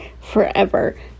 forever